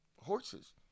horses